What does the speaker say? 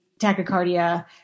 tachycardia